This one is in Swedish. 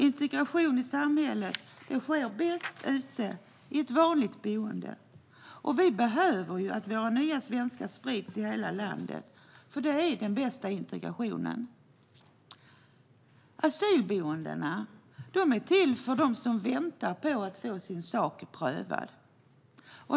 Integration i samhället sker bäst i ett vanligt boende. Våra nya svenskar behöver spridas i hela landet. Det är nämligen den bästa integrationen. Asylboendena är till för dem som väntar på att få sin sak prövad.